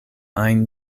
ajn